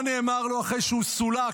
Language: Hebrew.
מה נאמר לו אחרי שהוא סולק?